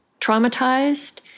traumatized